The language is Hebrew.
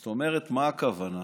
זאת אומרת, מה הכוונה?